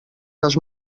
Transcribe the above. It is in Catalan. les